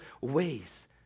ways